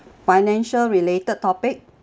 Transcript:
financial related topic